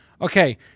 Okay